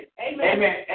Amen